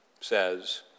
says